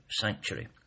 Sanctuary